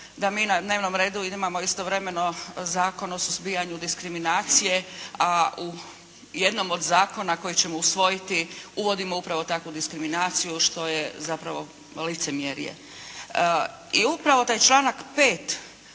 da mi na dnevnom redu imamo istovremeno Zakon o suzbijanju diskriminacije, a u jednom od zakona koji ćemo usvojiti uvodimo upravo takvu diskriminaciju što je zapravo licemjerje. I upravo taj članak 5.